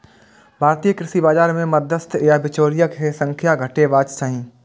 भारतीय कृषि बाजार मे मध्यस्थ या बिचौलिया के संख्या घटेबाक चाही